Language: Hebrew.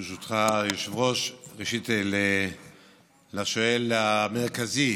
ברשותך, היושב-ראש, ראשית, לשאלה הנוספת